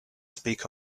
speak